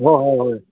ꯍꯣꯏ ꯍꯣꯏ ꯍꯣꯏ